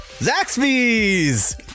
Zaxby's